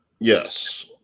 Yes